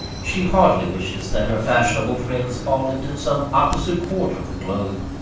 she heartily wishes that her fashionable friends all lived in some opposite quarter of the globe,